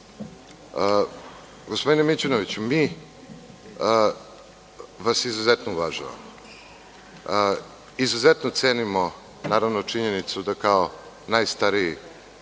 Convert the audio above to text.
život. Gospodine Mićunoviću, mi vas izuzetno uvažavamo. Izuzetno cenimo naravno činjenicu da kao najstariji